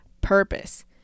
purpose